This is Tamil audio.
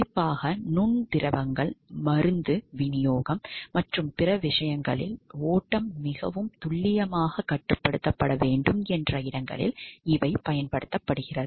குறிப்பாக நுண் திரவங்கள் மருந்து விநியோகம் மற்றும் பிற விஷயங்களில் ஓட்டம் மிகவும் துல்லியமாக கட்டுப்படுத்தப்பட வேண்டும் என்ற இடங்களில் பயன்படுத்தப்படுகிறது